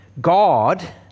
God